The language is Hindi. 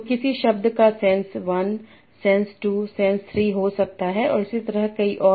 तो किसी शब्द का सेंस 1सेंस 2 सेंस 3 हो सकता है और इसी तरह कई और